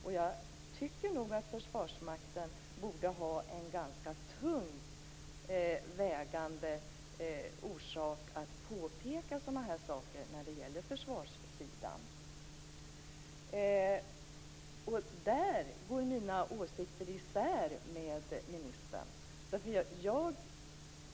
Och jag tycker nog att Försvarsmakten borde ha en ganska tungt vägande anledning att påpeka sådana här saker när det gäller försvaret. I fråga om detta går mina åsikter och försvarsministerns åsikter isär.